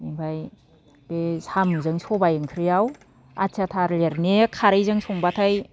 ओमफाय बे साम'जों सबाय ओंख्रियाव आथिया थालिरनि खारैजों संब्लाथाय